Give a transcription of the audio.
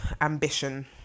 ambition